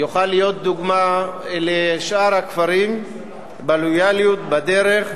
יוכל להיות דוגמה לשאר הכפרים בלויאליות, בדרך,